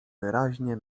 wyraźnie